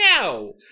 no